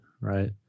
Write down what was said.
right